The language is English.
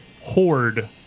horde